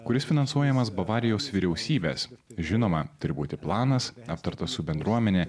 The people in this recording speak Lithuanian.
kuris finansuojamas bavarijos vyriausybės žinoma turi būti planas aptartas su bendruomene